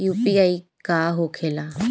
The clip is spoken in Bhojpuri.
यू.पी.आई का होके ला?